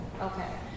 Okay